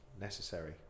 necessary